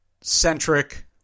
centric